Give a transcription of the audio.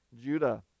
Judah